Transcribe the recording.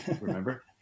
Remember